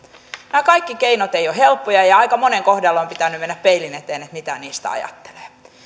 nämä kaikki keinot eivät ole helppoja ja aika monen kohdalla on pitänyt mennä peilin eteen siinä mitä niistä ajattelee